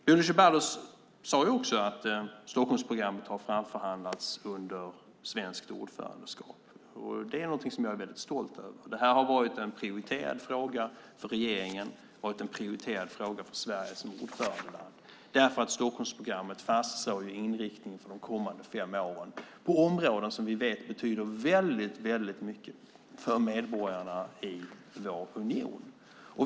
Bodil Ceballos sade också att Stockholmsprogrammet har framförhandlats under svenskt ordförandeskap, och det är något jag är väldigt stolt över. Det har nämligen varit en prioriterad fråga för regeringen, och det har varit en prioriterad fråga för Sverige som ordförandeland. Stockholmsprogrammet fastslår nämligen för de kommande fem åren inriktningen på områden som vi vet betyder väldigt mycket för medborgarna i vår union.